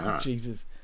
Jesus